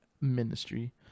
ministry